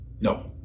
No